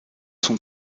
son